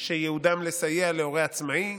שייעודם לסייע להורה עצמאי,